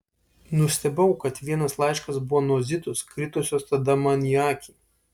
nustebau kad vienas laiškas buvo nuo zitos kritusios tada man į akį